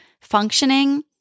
functioning